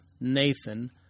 Nathan